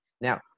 Now